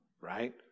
right